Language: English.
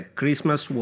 Christmas